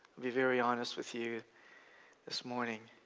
be very honest with you this morning.